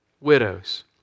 widows